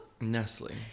Nestle